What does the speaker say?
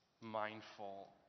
mindful